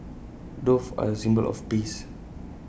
doves are A symbol of peace